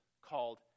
called